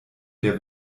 der